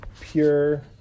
pure